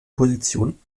positionen